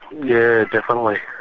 yeah, definitely.